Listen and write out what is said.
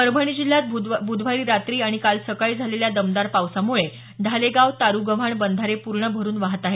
परभणी जिल्ह्यात ब्धवारी रात्री आणि काल सकाळी झालेल्या दमदार पावसामुळे ढालेगाव तारुगव्हाण बंधारे पूर्ण भरुन वाहत आहेत